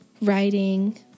writing